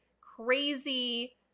crazy –